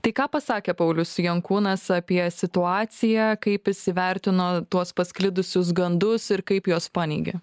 tai ką pasakė paulius jankūnas apie situaciją kaip jis įvertino tuos pasklidusius gandus ir kaip juos paneigė